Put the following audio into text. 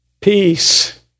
peace